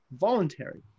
voluntary